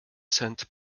cent